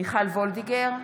מיכל וולדיגר,